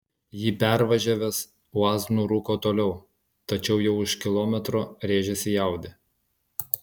jį pervažiavęs uaz nurūko toliau tačiau jau už kilometro rėžėsi į audi